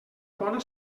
bona